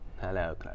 Hello